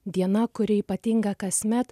diena kuri ypatinga kasmet